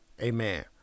amen